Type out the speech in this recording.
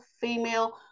female